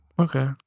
Okay